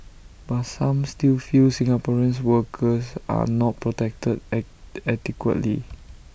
but some still feel Singaporeans workers are not protected adequately